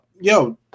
Yo